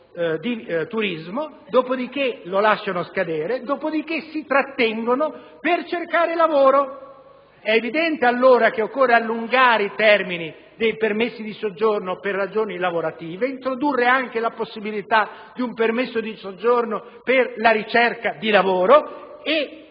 un permesso di turismo, lo lasciano scadere e poi si trattengono per cercare lavoro. È evidente allora che occorre allungare i termini dei permessi di soggiorno per ragioni lavorative, va introdotta anche la possibilità del permesso di soggiorno per la ricerca di lavoro e